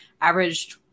averaged